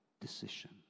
decision